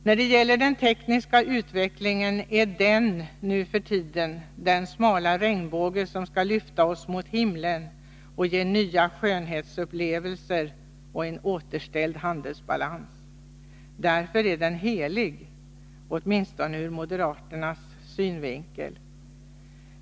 För moderaterna är den tekniska utvecklingen nu för tiden den smala regnbåge som skall lyfta oss mot himlen och ge nya skönhetsupplevelser och en återställd handelsbalans. Därför är den helig, åtminstone ur moderaternas synvinkel.